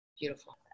Beautiful